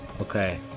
Okay